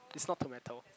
it's not tomato